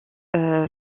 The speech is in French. celle